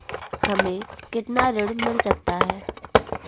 हमें कितना ऋण मिल सकता है?